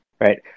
Right